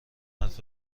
حرف